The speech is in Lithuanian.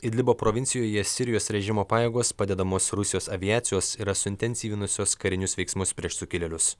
idlibo provincijoje sirijos režimo pajėgos padedamos rusijos aviacijos yra suintensyvinusios karinius veiksmus prieš sukilėlius